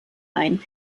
ein